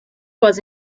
was